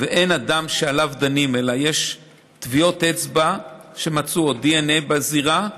אם אין אדם שעליו דנים אלא יש טביעות אצבע שמצאו או דנ"א בזירה,